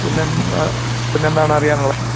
പിന്നെ പിന്നെന്താണ് അറിയാനുള്ളത്